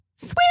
Swear